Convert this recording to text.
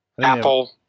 Apple